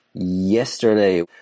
yesterday